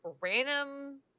random